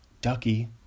Ducky